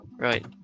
Right